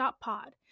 Pod